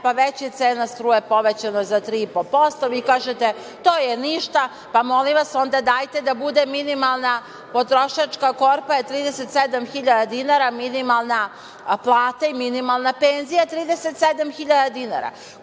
pa već je cena struje povećana za 3,5%, vi kažete - to je ništa. Pa, molim vas, onda dajte da bude, minimalna potrošačka korpa je 37.000 dinara, minimalna plata i minimalna penzija je 37.000 dinara. Ko